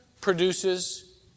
produces